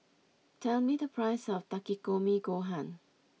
tell me the price of Takikomi gohan